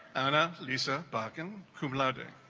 anna lisa bakken who bloody